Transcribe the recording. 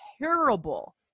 terrible